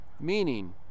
Meaning